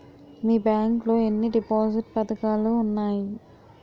మీ bank లో ఎన్ని deposit పథకాలు ఉన్నాయి?